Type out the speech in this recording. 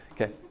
Okay